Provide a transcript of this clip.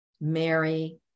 Mary